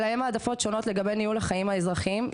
שלהם העדפות שונות לגבי ניהול החיים האזרחיים,